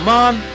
Mom